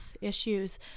issues